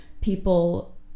people